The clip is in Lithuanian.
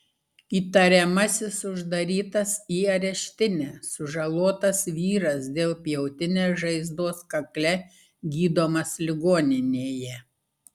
įtariamasis uždarytas į areštinę sužalotas vyras dėl pjautinės žaizdos kakle gydomas ligoninėje